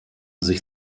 sich